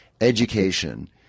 education